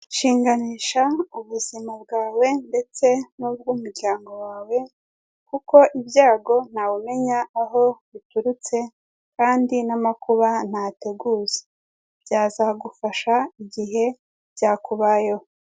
Shinganisha ubuzima bya we ndetse n' ubw' umuryango wawe, kuko ibyago ntawumenya aho biturutse. Kandi n'amakuba ntateguza, byazagufasha mu gihe bikubayeho.